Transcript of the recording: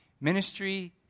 Ministry